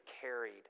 carried